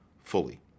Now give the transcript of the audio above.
fully